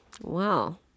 Wow